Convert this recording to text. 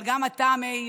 אבל גם אתה, מאיר,